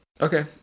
okay